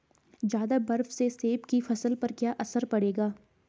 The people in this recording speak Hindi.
ज़्यादा बर्फ से सेब की फसल पर क्या असर पड़ेगा?